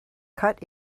cut